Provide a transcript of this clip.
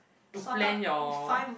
to plan your